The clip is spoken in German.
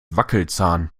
wackelzahn